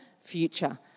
future